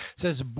says